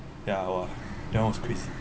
ya !wah! that one was crazy